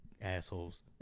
assholes